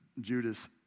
Judas